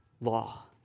law